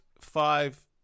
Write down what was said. five